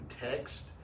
text